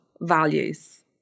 values